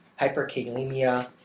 hyperkalemia